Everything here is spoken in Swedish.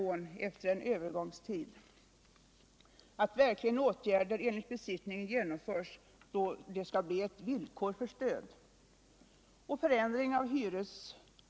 Au verkligen åtgärder enligt besiktning genomförs kan också bli villkor för stöd.